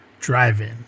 drive-in